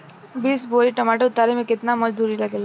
बीस बोरी टमाटर उतारे मे केतना मजदुरी लगेगा?